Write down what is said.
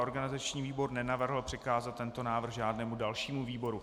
Organizační výbor nenavrhl přikázat tento návrh žádnému dalšímu výboru.